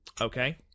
Okay